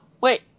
wait